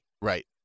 Right